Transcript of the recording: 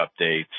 updates